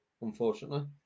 unfortunately